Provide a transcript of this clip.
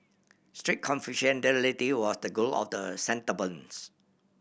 strict was the goal of the settlements